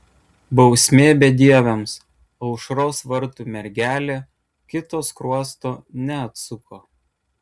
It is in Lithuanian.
bausmė bedieviams aušros vartų mergelė kito skruosto neatsuko